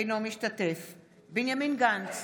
אינו משתתף בהצבעה בנימין גנץ,